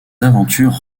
aventures